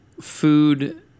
food